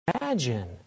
imagine